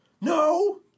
No